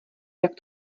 jak